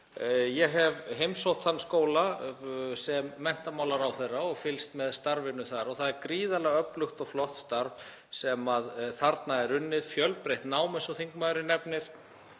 Ég hef heimsótt þann skóla sem menntamálaráðherra og fylgst með starfinu þar og það er gríðarlega öflugt og flott starf sem þarna er unnið, fjölbreytt nám, eins og þingmaðurinn nefnir,